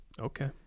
Okay